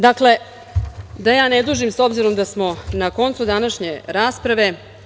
Dakle, da ne dužim, s obzirom da smo na koncu današnje rasprave.